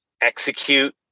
Execute